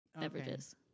beverages